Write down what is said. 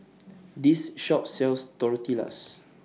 This Shop sells Tortillas